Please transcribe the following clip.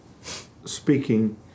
speaking